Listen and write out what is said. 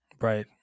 Right